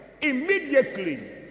immediately